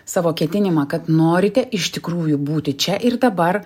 savo ketinimą kad norite iš tikrųjų būti čia ir dabar